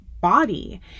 body